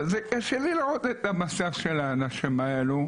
וזה קשה לי לראות את המצב של האנשים האלו,